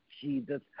Jesus